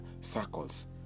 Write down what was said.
circles